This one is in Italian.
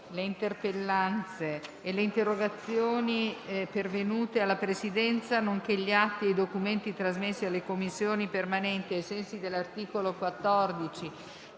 le interpellanze e le interrogazioni pervenute alla Presidenza, nonché gli atti e i documenti trasmessi alle Commissioni permanenti ai sensi dell'articolo 34,